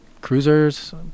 cruisers